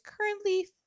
currently